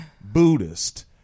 Buddhist